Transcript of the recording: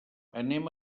anem